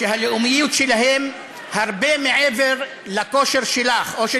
שהלאומיות שלהם היא הרבה מעבר לכושר שלך או של